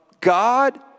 God